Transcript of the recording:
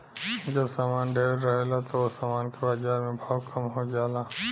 जब सामान ढेरे रहेला त ओह सामान के बाजार में भाव कम हो जाला